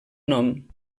nom